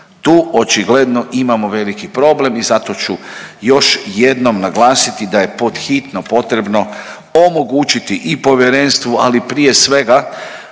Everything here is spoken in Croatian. Tu očigledno imamo veliki problem i zato ću još jednom naglasiti da je pod hitno potrebno omogućiti i povjerenstvu ali prije svega